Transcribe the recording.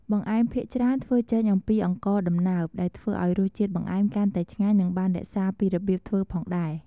បង្អែមភាគច្រើនធ្វើចេញអំពីអង្ករដំណើប ដែលធ្វើឱ្យរសជាតិបង្អែមកាន់តែឆ្ងាញ់ និងបានរក្សាពីរបៀបធ្វើផងដែរ។